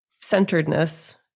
centeredness